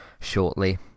shortly